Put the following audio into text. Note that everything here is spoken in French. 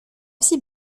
aussi